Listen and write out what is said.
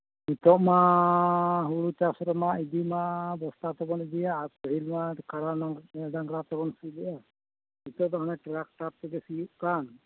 ᱱᱤᱛᱳᱜ ᱢᱟ ᱦᱩᱲᱩ ᱪᱟᱥ ᱨᱮᱢᱟ ᱤᱫᱤ ᱢᱟ ᱵᱚᱥᱛᱟ ᱛᱮᱵᱚᱱ ᱤᱫᱤᱭᱟ ᱟᱨ ᱯᱟᱹᱦᱤᱞ ᱢᱟ ᱠᱟᱲᱟ ᱰᱟᱝᱨᱟ ᱛᱮᱵᱚᱱ ᱥᱤᱭᱟ ᱱᱤᱛᱳᱜ ᱫᱚ ᱦᱟᱱᱮ ᱴᱨᱟᱠᱴᱟᱨ ᱛᱮᱜᱮ ᱥᱤᱭᱳᱜ ᱠᱟᱱ